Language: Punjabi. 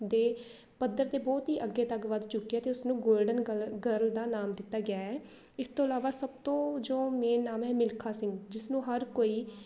ਦੇ ਪੱਧਰ 'ਤੇ ਬਹੁਤ ਹੀ ਅੱਗੇ ਤੱਕ ਵੱਧ ਚੁੱਕੀ ਆ ਅਤੇ ਉਸਨੂੰ ਗੋਲਡਨ ਗਲਰ ਗਰਲ ਦਾ ਨਾਮ ਦਿੱਤਾ ਗਿਆ ਹੈ ਇਸ ਤੋਂ ਇਲਾਵਾ ਸਭ ਤੋਂ ਜੋ ਮੇਨ ਨਾਮ ਹੈ ਮਿਲਖਾ ਸਿੰਘ ਜਿਸਨੂੰ ਹਰ ਕੋਈ